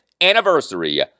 anniversary